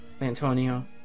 Antonio